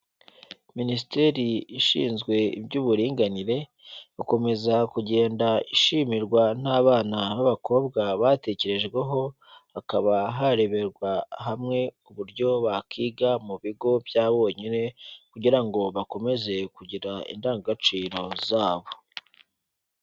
Minisiteri ishinzwe iby'uburinganire ikomeza kugenda ishimirwa n'abana b'abakobwa batekerejweho, hakaba hareberwa hamwe uburyo bakiga mu bigo bya bonyine kugira ngo bakomeze kugira indangagaciro zabo.